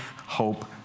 hope